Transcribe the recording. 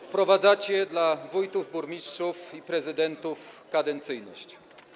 Wprowadzacie dla wójtów, burmistrzów i prezydentów kadencyjność.